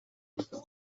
est